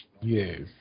Yes